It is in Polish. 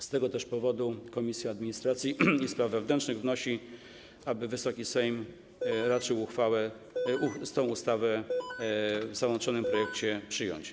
Z tego też powodu Komisja Administracji i Spraw Wewnętrznych wnosi, aby Wysoki Sejm raczył ustawę zawartą w załączonym projekcie przyjąć.